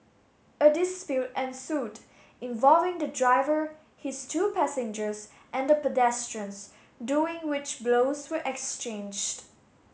a dispute ensued involving the driver his two passengers and the pedestrians during which blows were exchanged